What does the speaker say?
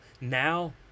now